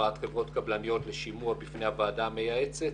הבאת חברות קבלניות לשימוע בפני הוועדה המייעצת.